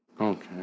Okay